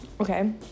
okay